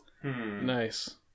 Nice